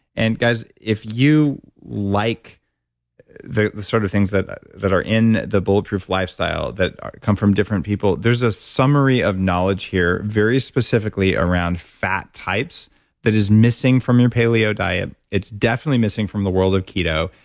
and, guys, if you like the the sort of things that that are in the bulletproof lifestyle that come from different people, there's a summary of knowledge here very specifically around fat types that is missing from your paleo diet. it's definitely missing from the world of keto.